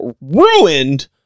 ruined